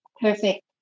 perfect